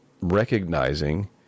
recognizing